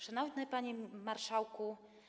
Szanowny Panie Marszałku!